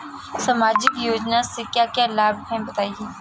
सामाजिक योजना से क्या क्या लाभ हैं बताएँ?